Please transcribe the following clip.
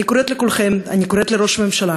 אני קוראת לכולכם, אני קוראת לראש הממשלה,